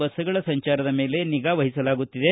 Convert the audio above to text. ಬಸ್ಗಳ ಸಂಚಾರದ ಮೇಲೆ ನಿಗಾವಹಿಸಲಾಗುತ್ತಿದೆ